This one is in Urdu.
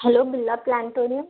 hello Birla planetarium